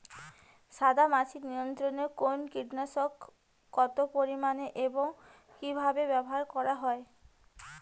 সাদামাছি নিয়ন্ত্রণে কোন কীটনাশক কত পরিমাণে এবং কীভাবে ব্যবহার করা হয়?